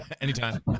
Anytime